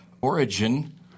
origin